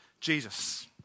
Jesus